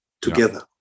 together